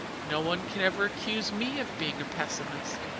no one can ever accuse me of being a pessimist!